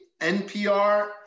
NPR